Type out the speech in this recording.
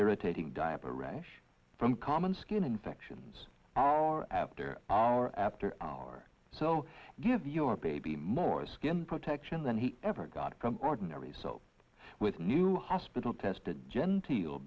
irritating diaper rash from common skin infections hour after hour after hour so give your baby more skin protection than he ever got from ordinary soap with new hospital tested genteel